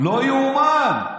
לא יאומן.